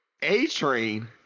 A-Train